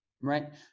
right